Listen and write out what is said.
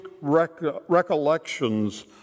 recollections